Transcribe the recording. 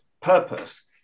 purpose